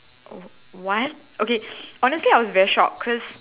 w~ what okay honestly I was very shocked cause